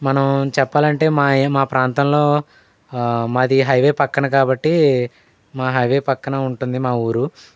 మనం చెప్పాలంటే మా మా ప్రాంతంలో మాది హైవే పక్కన కాబట్టి మా హైవే పక్కన ఉంటుంది మా ఊరు